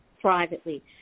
privately